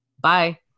Bye